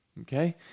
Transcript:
Okay